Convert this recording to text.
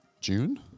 June